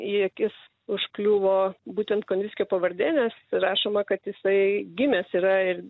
į akis užkliuvo būtent konvickio pavardė nes rašoma kad jisai gimęs yra ir